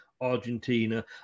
Argentina